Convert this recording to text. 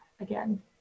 again